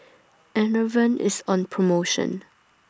Enervon IS on promotion